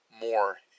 more